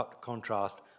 contrast